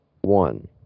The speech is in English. one